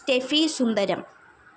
Steffi Sundaram